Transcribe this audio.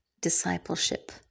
discipleship